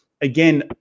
again